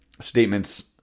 statements